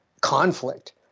conflict